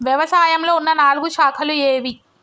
వ్యవసాయంలో ఉన్న నాలుగు శాఖలు ఏవి?